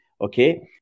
okay